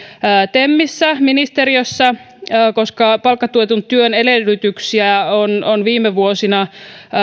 temissä ministeriössä koska palkkatuetun työn edellytyksiä on on viime vuosina